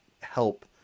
help